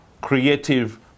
creative